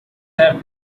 have